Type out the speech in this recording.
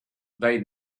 they